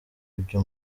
ibyo